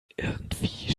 irgendwie